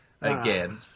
Again